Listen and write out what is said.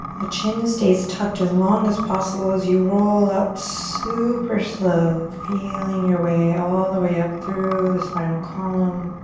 the chin stays tucked as long as possible as you roll up super slow, feeling your way all the way up through the spinal column.